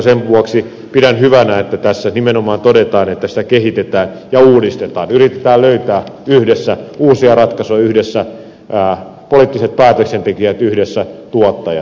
sen vuoksi pidän hyvänä että tässä nimenomaan todetaan että sitä kehitetään ja uudistetaan yritetään löytää yhdessä uusia ratkaisuja yhdessä poliittiset päätöksentekijät ja yhdessä tuottajat